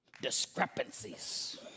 discrepancies